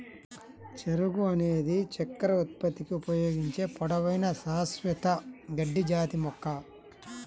చెరకు అనేది చక్కెర ఉత్పత్తికి ఉపయోగించే పొడవైన, శాశ్వత గడ్డి జాతి మొక్క